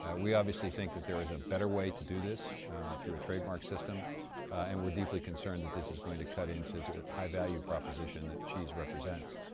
ah we obviously think that there is a better way to do this through a trademark system and we're deeply concerned that this is going to cut into the high value proposition that cheese represents.